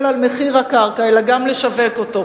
על מחיר הקרקע אלא גם לשווק אותה,